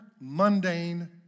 mundane